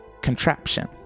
contraption